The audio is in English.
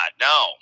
No